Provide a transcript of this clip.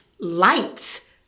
light